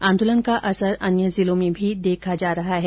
आंदोलन का असर अन्य जिलों में भी देखा जा रहा है